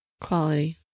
Quality